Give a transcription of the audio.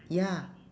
ya